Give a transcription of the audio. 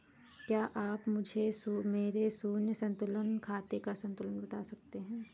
क्या आप मुझे मेरे शून्य संतुलन खाते का संतुलन बता सकते हैं?